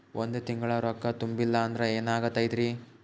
ಒಂದ ತಿಂಗಳ ರೊಕ್ಕ ತುಂಬಿಲ್ಲ ಅಂದ್ರ ಎನಾಗತೈತ್ರಿ?